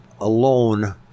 alone